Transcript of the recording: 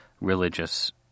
religious